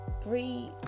Three